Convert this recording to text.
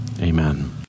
amen